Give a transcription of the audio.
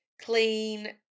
clean